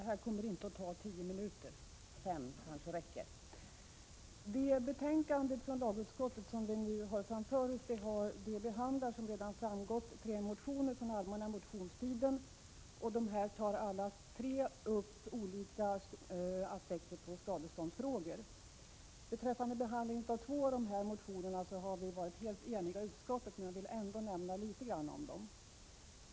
Herr talman! Det betänkande från lagutskottet som vi nu har framför oss behandlar, som redan har framgått, tre motioner från allmänna motionstiden. Alla tre tar upp olika aspekter på skadeståndsfrågor. Beträffande behandlingen av två av dessa motioner har vi varit helt eniga i utskottet. Men jag vill ändå nämna litet grand om samtliga motioner.